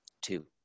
Two